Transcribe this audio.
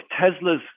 Tesla's